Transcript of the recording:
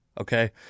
Okay